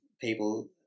people